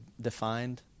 defined